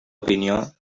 opinió